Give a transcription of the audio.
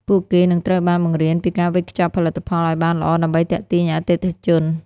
ពួកគេនឹងត្រូវបានបង្រៀនពីការវេចខ្ចប់ផលិតផលឱ្យបានល្អដើម្បីទាក់ទាញអតិថិជន។